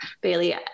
Bailey